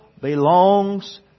belongs